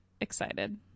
excited